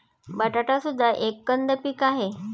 बटाटा सुद्धा एक कंद पीक आहे